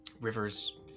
rivers